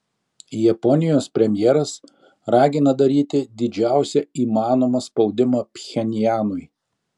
japonijos premjeras ragina daryti didžiausią įmanomą spaudimą pchenjanui